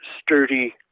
sturdy